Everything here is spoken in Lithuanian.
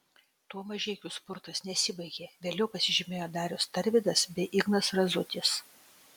tuo mažeikių spurtas nesibaigė vėliau pasižymėjo darius tarvydas bei ignas razutis